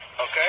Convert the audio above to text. Okay